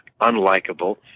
unlikable